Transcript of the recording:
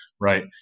Right